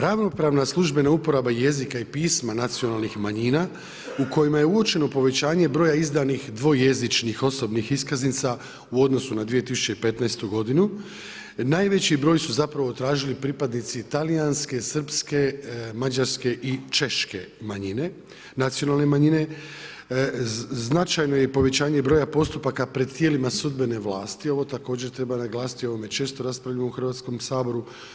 Ravnopravna službena uporaba jezika i pisma nacionalnih manjina, u kojima je uočeno povećanje broja izdanih dvojezičnih osobnih iskaznica u odnosu na 2015. godinu, najveći broj su zapravo tražili pripadnici talijanske, srpske, mađarske i češke nacionalne manjine, značajno je povećanje broja postupaka pred tijelima sudbene vlasti, ovo također treba naglasiti i o ovome često raspravljamo u Hrvatskom saboru.